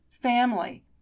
family